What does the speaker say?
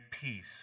peace